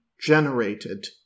generated